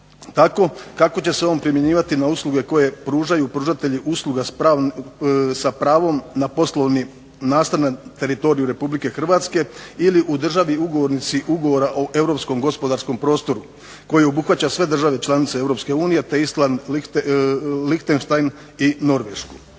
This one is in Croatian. tako, kako će se on primjenjivati na usluge koje pružaju pružatelji usluga sa pravom na poslovni nastan na teritoriju RH ili u državi ugovornici Ugovora o europskom gospodarskom prostoru koji obuhvaća sve države članice EU te Island, Lihtenštajn i Norvešku.